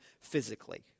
physically